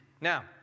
Now